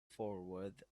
forward